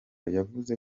yavuze